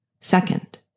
Second